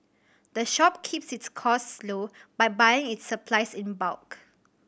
the shop keeps its costs low by buying its supplies in bulk